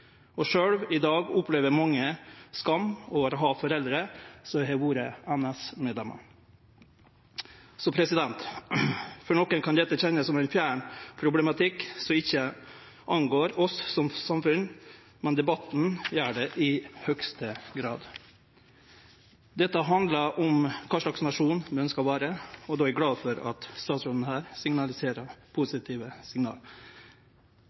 og sjølv i dag opplever mange skam over å ha foreldre som har vore NS-medlemer. For nokre kan dette kjennast som ein fjern problematikk som ikkje angår oss som samfunn. Men debatten gjer det i høgste grad. Dette handlar om kva slags nasjon vi ønskjer å vere, og då er eg glad for at statsråden her gjev positive signal.